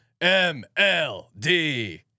MLD